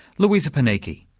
luisa panichi.